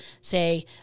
say